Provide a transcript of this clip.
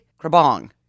Krabong